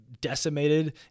decimated